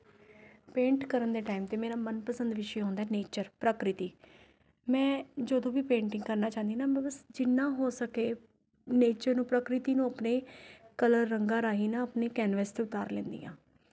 paint ਕਰਨ ਦੇ time 'ਤੇ ਮੇਰਾ ਮਨਪਸੰਦ ਵਿਸ਼ੇ ਹੁੰਦਾ ਹੈ ਨੇਚਰ ਪ੍ਰਕਿਰਤੀ ਮੈਂ ਜਦੋਂ ਵੀ ਪੇਂਟਿੰਗ ਕਰਨਾ ਚਾਹਦੀ ਹਾਂ ਨਾ ਮੈਂ ਬਸ ਜਿੰਨਾ ਹੋ ਸਕੇ ਨੇਚਰ ਨੂੰ ਪ੍ਰਕਿਰਤੀ ਨੂੰ ਆਪਣੇ ਕਲਰ ਰੰਗਾਂ ਰਾਹੀਂ ਨਾ ਆਪਣੇ ਕੈਨਵਸ 'ਤੇ ਉਤਾਰ ਲੈਂਦੀ ਹਾਂ